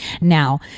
now